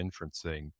inferencing